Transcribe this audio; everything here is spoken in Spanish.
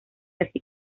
así